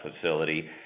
facility